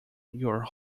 your